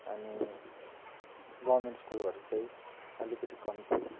अनि गभर्मेन्ट स्कुलहरू चाहिँ अलिकिति कम्ती